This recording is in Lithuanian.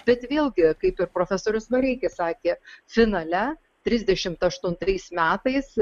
bet vėlgi kaip ir profesorius vareikis sakė finale trisdešimt aštuntais metais